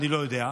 אני לא יודע,